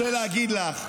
אני רוצה להגיד לך,